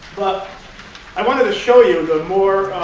but i wanted to show you the more